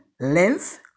length